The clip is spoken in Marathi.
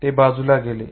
ते बाजूला गेले